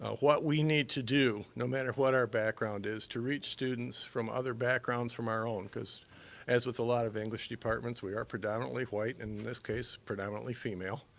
what we need to do, no matter what our background is, to reach students from other backgrounds from our own, cause as with a lot of english departments, we are predominantly white in this case, predominantly female.